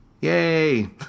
yay